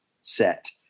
set